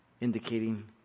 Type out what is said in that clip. indicating